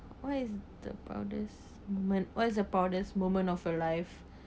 what is the proudest moment what's the proudest moment of your life